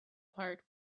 part